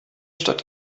stadt